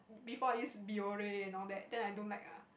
before I use Biore and all that then I don't like ah